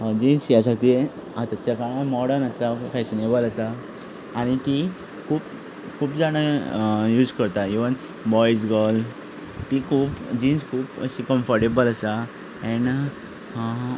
jeans ही आसा ती आतांच्या काळांत मॉडर्न आसा फॅशनेबल आसा आनी तीं खूब खूब जाणां यूज करता इव्हन बॉय्ज गर्ल ती खूब जिन्स खूब अशीं कम्फर्टेबल आसा ऍन्ड